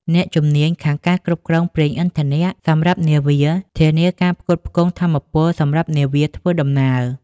អ្នកជំនាញខាងការគ្រប់គ្រងប្រេងឥន្ធនៈសម្រាប់នាវា ធានាការផ្គត់ផ្គង់ថាមពលសម្រាប់នាវាធ្វើដំណើរ។